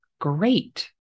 great